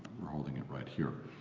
we're holding it right here.